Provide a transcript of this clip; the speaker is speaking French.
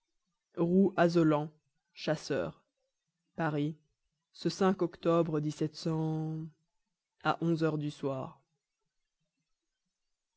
roux azolan chasseur paris ce octobre à onze heures du soir